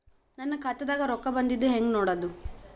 ನನ್ನ ಖಾತಾದಾಗ ರೊಕ್ಕ ಬಂದಿದ್ದ ಹೆಂಗ್ ನೋಡದು?